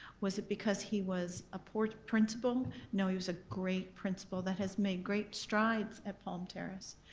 was it because he was a poor principal? no, he was a great principal that has made great strides at palm terrace.